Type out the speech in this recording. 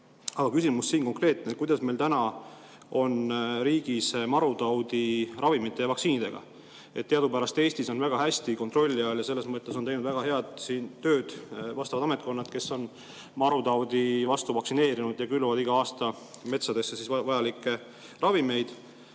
Aga küsimus on siin konkreetne. Kuidas meil on riigis seis marutaudi ravimite ja vaktsiinidega. Teadupärast Eestis on marutaud väga hästi kontrolli all ja selles mõttes on teinud väga head tööd vastavad ametkonnad, kes on marutaudi vastu vaktsineerinud ja külvavad iga aasta metsadesse vajalikke ravimeid.